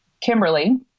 Kimberly